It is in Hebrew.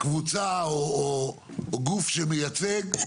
קבוצה או גוף שמייצג.